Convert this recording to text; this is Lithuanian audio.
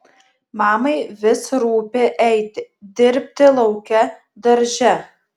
mamai vis rūpi eiti dirbti lauke darže